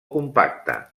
compacta